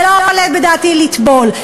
ולא עולה בדעתי לטבול.